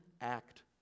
act